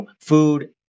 food